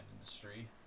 industry